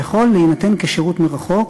יכול להינתן כשירות מרחוק,